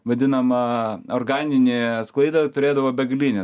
vadinamą organinį sklaidą turėdavo begalinę